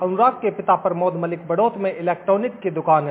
अनुराग के पिता प्रमोद मलिक बड़ौत में इलेक्ट्रॉनिक की दुकान है